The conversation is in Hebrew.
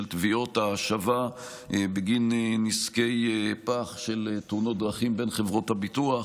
של תביעות ההשבה בגין נזקי פח של תאונות דרכים בין חברות הביטוח.